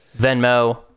Venmo